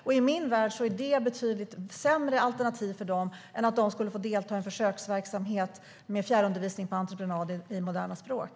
I min värld är det betydligt sämre alternativ för dem än att de skulle få delta i en försöksverksamhet med fjärrundervisning på entreprenad i moderna språk.